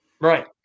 Right